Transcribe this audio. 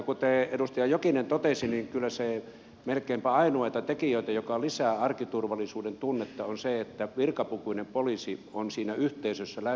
kuten edustaja jokinen totesi niin kyllä melkeinpä ainoita tekijöitä jotka lisäävät arkiturvallisuuden tunnetta on se että virkapukuinen poliisi on siinä yhteisössä läsnä